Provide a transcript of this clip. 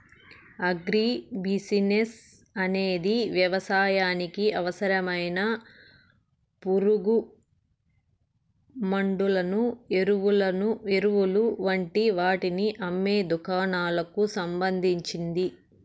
agri business అనేది వ్యవసాయానికి అవసరమైన పురుగుమండులను, ఎరువులు వంటి వాటిని అమ్మే దుకాణాలకు సంబంధించింది